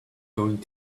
going